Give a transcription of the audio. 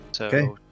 Okay